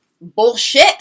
bullshit